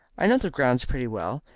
i know the grounds pretty well,